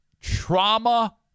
trauma